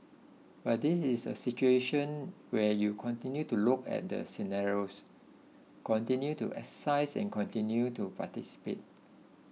but this is a situation where you continue to look at the scenarios continue to exercise and continue to anticipate